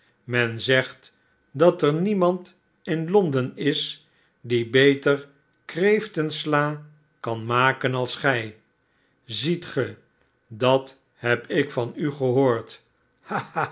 men zegt dat er niemandin londen is die beter kreeftensla kan maken dan gij ziet ge dafc heb ik van u gehoord